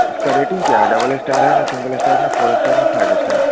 उसका रेटिंग का क्या है डबल स्टार है ना सिंगल स्टार ना फोर स्टार ना फाइव स्टार है